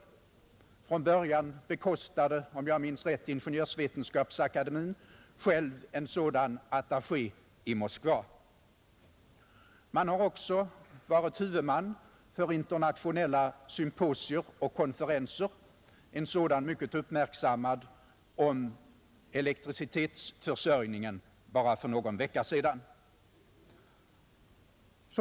Från början bekostade, om jag minns rätt, Ingenjörsvetenskapsakademien själv en sådan attaché i Moskva. Man har också varit huvudman för internationella symposier och konferenser — en mycket uppmärksammad konferens om kraftförsörjningen hölls för bara någon vecka sedan.